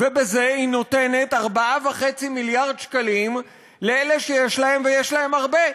ובזה היא נותנת 4.5 מיליארד שקלים לאלה שיש להם ויש להם הרבה.